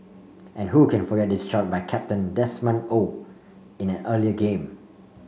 and who can forget this shot by captain Desmond Oh in an earlier game